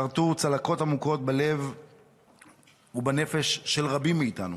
חרתו צלקות עמוקות בלב ובנפש של רבים מאיתנו.